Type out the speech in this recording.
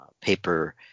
paper